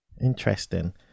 Interesting